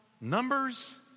numbers